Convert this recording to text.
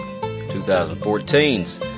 2014's